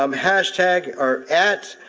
um hashtag or at,